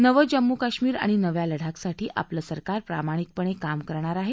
नवं जम्मू कश्मीर आणि नव्या लडाखसाठी आपलं सरकार प्रामाणिकपणक्रिम करणार आह